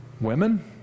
Women